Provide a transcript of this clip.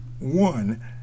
One